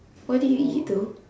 what did you eat itu